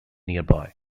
nearby